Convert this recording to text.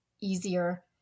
easier